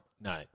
No